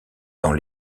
dans